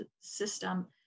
system